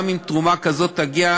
גם אם תרומה כזאת תגיע,